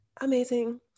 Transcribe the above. amazing